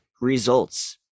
results